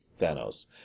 Thanos